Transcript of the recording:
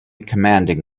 commanding